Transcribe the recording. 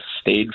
stayed